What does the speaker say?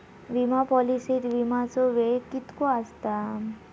विमा पॉलिसीत विमाचो वेळ कीतको आसता?